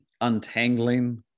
untangling